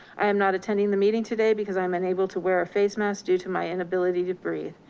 i am not attending the meeting today because i am unable to wear a face mask due to my inability to breathe.